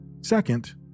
Second